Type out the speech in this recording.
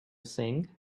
sing